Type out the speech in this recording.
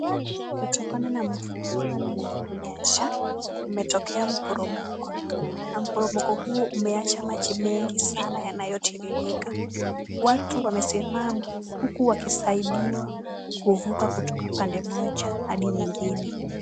Kutokana na mvua mingi kunyesha, kumetokea mpurumuku, na mpurumuku huu umeacha maji mengi sana yanayotiririka. Watu wamesimama, huku wakisaidiwa, kuvuka kutoka pande moja hadi nyingine.